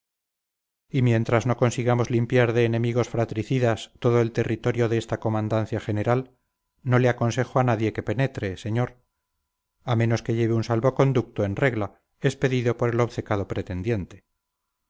y mientras no consigamos limpiar de enemigos fratricidastodo el territorio de esta comandancia general no le aconsejo a nadie que penetre señor a menos que lleve un salvoconducto en regla expedido por el obcecado pretendiente